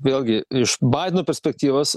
vėlgi iš baideno perspektyvos